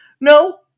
No